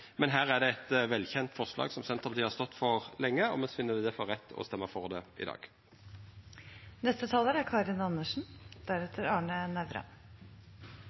men her er det eit velkjent forslag som Senterpartiet har stått for lenge, og me finn difor at det er rett å stemma for det i dag. Jeg synes det er